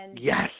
Yes